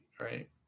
right